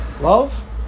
Love